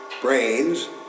brains